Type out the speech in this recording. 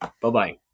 Bye-bye